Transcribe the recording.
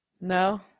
No